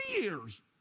years